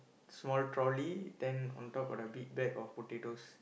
small trolley then on top got a big bag of potatoes